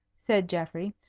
said geoffrey,